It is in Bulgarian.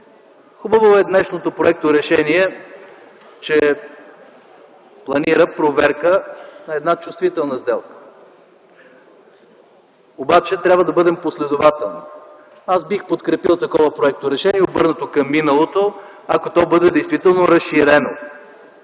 Хубаво е днешното проекторешение, че планира проверка на една чувствителна сделка, обаче трябва да бъдем последователни. Аз бих подкрепил такова проекторешение, обърнато към миналото, ако то бъде действително разширено